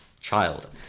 Child